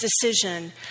decision